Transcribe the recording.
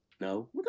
No